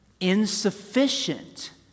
insufficient